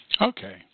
okay